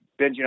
binging